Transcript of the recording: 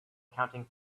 counting